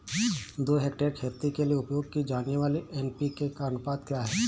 दो हेक्टेयर खेती के लिए उपयोग की जाने वाली एन.पी.के का अनुपात क्या है?